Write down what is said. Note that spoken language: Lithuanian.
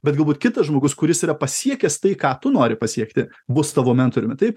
bet galbūt kitas žmogus kuris yra pasiekęs tai ką tu nori pasiekti bus tavo mentoriumi taip